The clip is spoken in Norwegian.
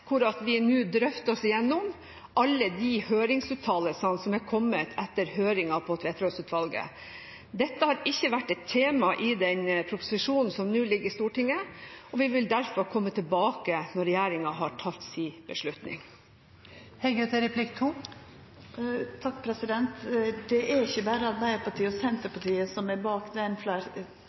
hvor vi nå drøfter oss gjennom alle de høringsuttalelsene som er kommet etter høringen om Tveterås-utvalgets rapport. Dette har ikke vært et tema i den proposisjonen som nå ligger i Stortinget, og vi vil derfor komme tilbake når regjeringen har tatt sin beslutning. Det er ikkje berre Arbeidarpartiet og Senterpartiet som står bak den